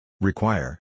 Require